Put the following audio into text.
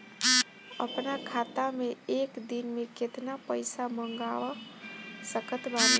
अपना खाता मे एक दिन मे केतना पईसा मँगवा सकत बानी?